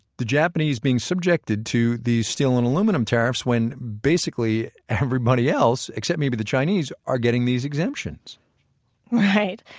the japanese being subjected to these steel and aluminum tariffs when basically everybody else, except maybe the chinese, are getting these exemptions right.